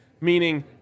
Meaning